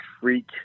Freak